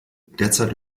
derzeit